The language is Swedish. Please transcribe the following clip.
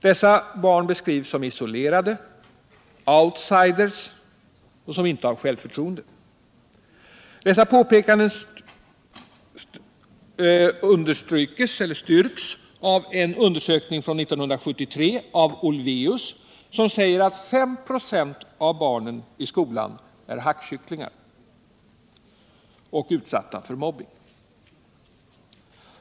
Dessa barn beskrivs som isolerade, outsiders, barn som inte har självförtroende. Påpekandena styrks av en undersökning från 1973 av Olveus, som säger att 5 96 av barnen i skolan är hackkycklingar och utsatta för mobbning.